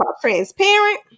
transparent